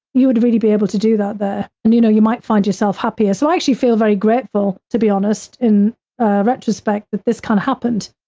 you would really be able to do that there. and you know, you might find yourself happier. so, i actually feel very grateful to be honest, in retrospect, that this kind of happened.